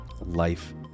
life